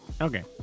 Okay